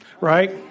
Right